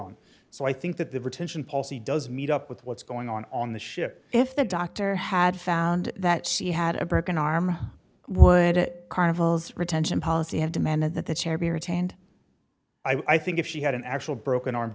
on so i think that the retention policy does meet up with what's going on on the ship if the doctor had found that she had a broken arm would that carnival's retention policy have demanded that the chair be retained i think if she had an actual broken arm